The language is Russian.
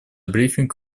брифинг